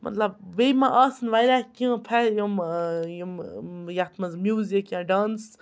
مطلب بیٚیہِ ما آسَن واریاہ کیٚنٛہہ فے یِم یِم یَتھ مَنٛز میوزِک یا ڈانٕس